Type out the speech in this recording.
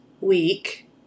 week